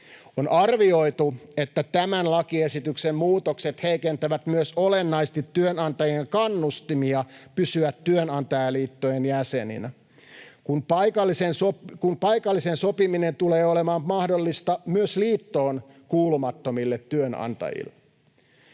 On arvioitu, että tämän lakiesityksen muutokset heikentävät myös olennaisesti työnantajien kannustimia pysyä työnantajaliittojen jäseninä, kun paikallinen sopiminen tulee olemaan mahdollista myös liittoon kuulumattomille työnantajille.